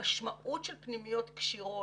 המשמעות של פנימיות כשירות,